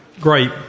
Great